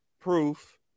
proof